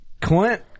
Clint